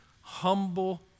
humble